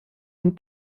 und